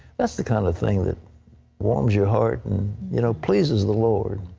that's the kind of thing that warms your heart and you know pleases the lord.